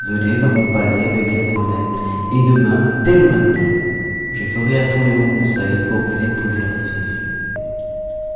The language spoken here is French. venez dans mon palais avec laidronette et demain dès le matin je ferai assembler mon conseil pour vous épouser à ses yeux